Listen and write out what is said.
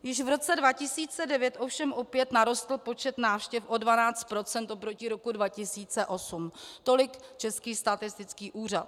Již v roce 2009 ovšem opět narostl počet návštěv o 12 % oproti roku 2008. Tolik Český statistický úřad.